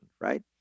Right